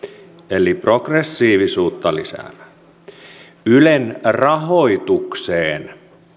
eli progressiivisuutta lisätään ylen rahoitukseen